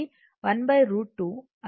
23 √ 2 అవుతుంది